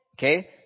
Okay